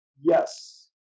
Yes